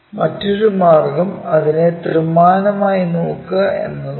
മറ്റൊരു മാർഗം അതിനെ ത്രിമാനമായി നോക്കുക എന്നതാണ്